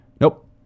Nope